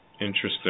Interesting